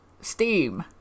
Steam